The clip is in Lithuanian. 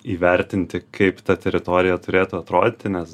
įvertinti kaip ta teritorija turėtų atrodyti nes